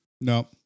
No